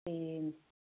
ਤੇ